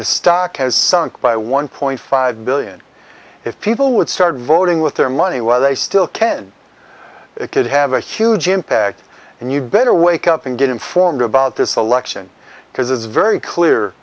the stock has sunk by one point five billion if people would start voting with their money while they still can it could have a huge impact and you better wake up and get informed about this election because it's very clear